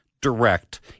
direct